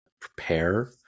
prepare